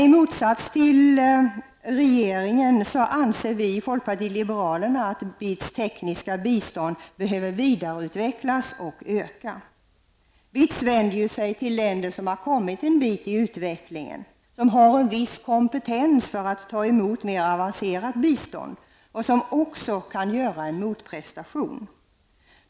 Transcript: I motsats till regeringen anser vi i folkpartiet liberalerna att BITS tekniska bistånd behöver vidareutvecklas och öka. BITS vänder sig till länder som har kommit en bit i utvecklingen, som har en viss kompetens för att ta emot mer avancerat bistånd och som också kan göra en motprestation.